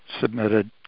submitted